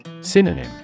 Synonym